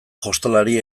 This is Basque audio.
jostalari